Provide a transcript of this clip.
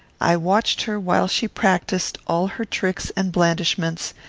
i watched her while she practised all her tricks and blandishments,